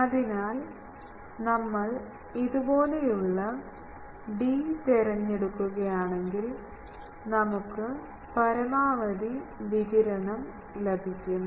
അതിനാൽ നമ്മൾ ഇതുപോലെയുള്ള 'd' തിരഞ്ഞെടുക്കുകയാണെങ്കിൽ നമുക്ക് പരമാവധി വികിരണം ലഭിക്കും